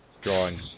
drawing